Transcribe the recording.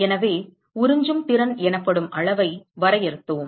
எனவே உறிஞ்சும் திறன் எனப்படும் அளவை வரையறுத்தோம்